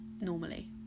normally